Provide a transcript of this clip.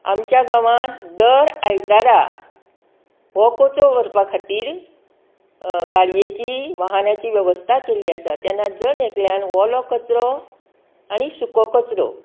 आमच्या गांवांत दर आयतारा हो कोचोप व्हरपा खातीर गाडयेची वाहनाची वेवस्था केल्ली आसा तेन्ना जण एकल्यान वोलो कचरो आनी सुको कचरो